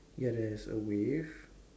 ya there is a wave